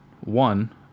one